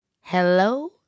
Hello